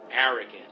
arrogant